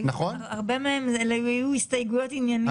הרבה מהן היו הסתייגויות ענייניות.